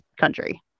country